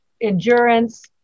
endurance